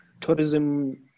tourism